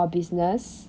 or business